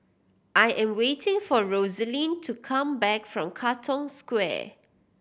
I am waiting for Rosaline to come back from Katong Square